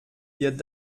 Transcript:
wird